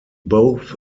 both